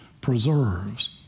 preserves